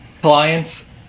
clients